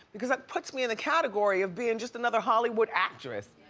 because that puts me in a category of being just another hollywood actress,